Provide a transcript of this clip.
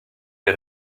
des